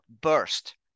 burst